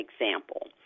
example